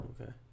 Okay